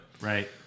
Right